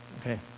Okay